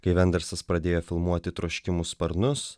kai vendersas pradėjo filmuoti troškimų sparnus